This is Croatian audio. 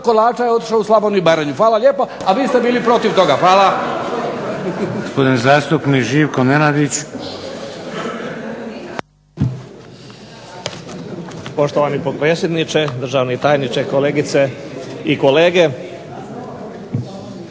kolača je otišlo u Slavoniju i Baranju. Hvala lijepo. A vi ste bili protiv toga. Hvala.